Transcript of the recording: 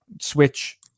Switch